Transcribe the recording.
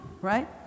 right